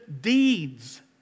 deeds